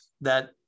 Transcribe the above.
that-